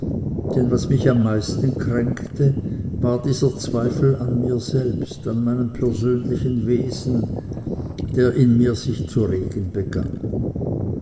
denn was mich am meisten kränkte war dieser zweifel an mir selbst an meinem persönlichen wesen der in mir sich zu regen begann